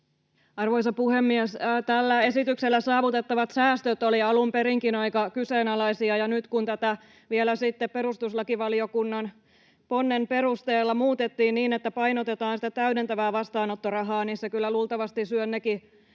Arvoisa puhemies! Tällä esityksellä saavutettavat säästöt olivat alun perinkin aika kyseenalaisia, ja nyt kun tätä vielä sitten perustuslakivaliokunnan ponnen perusteella muutettiin niin, että painotetaan täydentävää vastaanottorahaa, niin se kyllä luultavasti syö ne